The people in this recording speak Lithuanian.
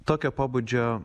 tokio pobūdžio